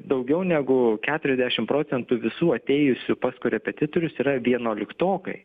daugiau negu keturiasdešim procentų visų atėjusių pas korepetitorius yra vienuoliktokai